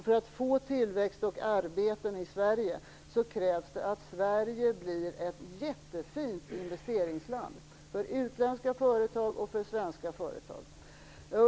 För att få tillväxt och arbeten i Sverige krävs det att Sverige blir ett jättefint investeringsland för utländska företag och för svenska företag.